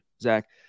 Zach